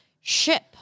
ship